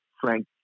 frank